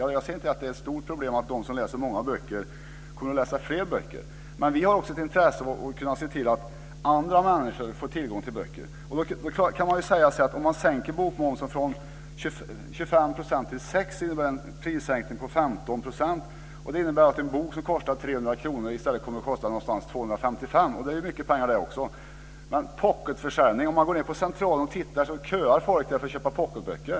Jag ser det inte som ett stort problem att de som läser många böcker läser fler böcker, men vi har ju också ett intresse av att se till att andra människor får tillgång till böcker. Om man sänker bokmomsen från 25 % till 6 % innebär det en prissänkning på 15 %. En bok som kostar 300 kr kommer då i stället att kosta någonstans runt 255 kr, och det är ju mycket pengar det också. Men se på pocketförsäljningen! Nere på Centralen köar folk för att köpa pocketböcker.